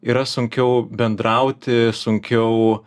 yra sunkiau bendrauti sunkiau